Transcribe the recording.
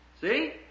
See